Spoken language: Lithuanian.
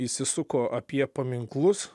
įsisuko apie paminklus